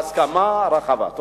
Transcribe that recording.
בהסכמה רחבה גם בקריאה שנייה ושלישית.